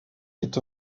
est